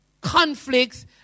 conflicts